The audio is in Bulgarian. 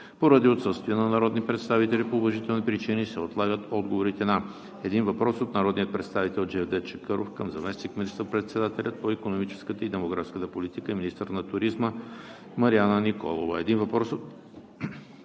Поради отсъствие на народни представители по уважителни причини се отлагат отговорите на: - един въпрос от народния представител Джевдет Чакъров към заместник министър-председателя по икономическата и демографската политика и министър на туризма Марияна Николова; - един въпрос от